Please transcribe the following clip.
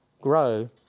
grow